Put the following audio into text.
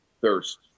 thirst